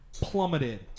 plummeted